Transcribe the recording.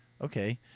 Okay